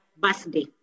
birthday